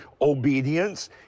obedience